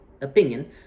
opinion